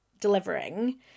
delivering